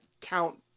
count